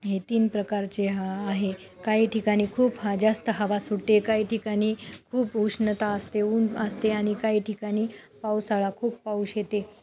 हे तीन प्रकारचे हा आहे काही ठिकाणी खूप हा जास्त हवा सुटते काही ठिकाणी खूप उष्णता असते ऊन असते आणि काही ठिकाणी पावसाळा खूप पाऊस येते